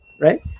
right